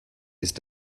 ist